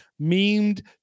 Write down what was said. memed